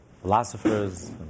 philosophers